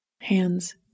hands